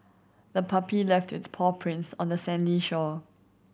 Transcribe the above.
the puppy left its paw prints on the sandy shore